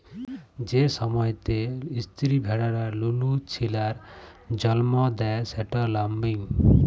যে সময়তে ইস্তিরি ভেড়ারা লুলু ছিলার জল্ম দেয় সেট ল্যাম্বিং